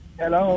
hello